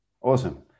Awesome